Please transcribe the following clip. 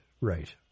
right